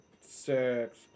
Six